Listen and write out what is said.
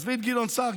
עזבי את גדעון סער,